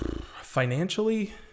financially